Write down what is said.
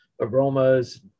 aromas